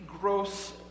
gross